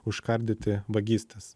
užkardyti vagystes